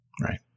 Right